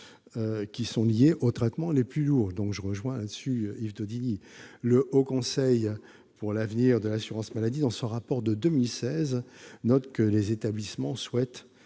transports liés aux traitements les plus lourds- je rejoins, de ce point de vue, Yves Daudigny. Le Haut Conseil pour l'avenir de l'assurance maladie, dans son rapport de 2016, note que « les établissements souhaitent